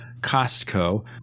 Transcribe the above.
Costco